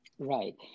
Right